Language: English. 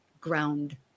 ground